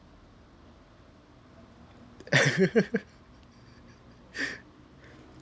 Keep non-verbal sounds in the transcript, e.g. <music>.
<laughs>